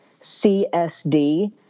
CSD